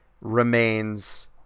remains